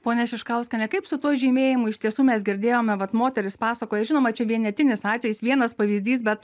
ponia šiškauskiene kaip su tuo žymėjimu iš tiesų mes girdėjome vat moteris pasakoja žinoma čia vienetinis atvejis vienas pavyzdys bet